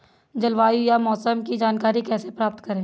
जलवायु या मौसम की जानकारी कैसे प्राप्त करें?